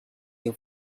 your